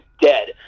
dead